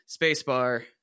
Spacebar